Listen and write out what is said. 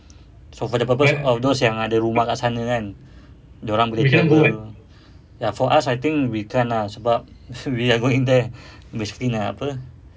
so for the purpose of those yang ada rumah kat sana kan dia orang boleh ya for us I think we can't ah sebab we are going there basically nak apa